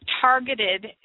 targeted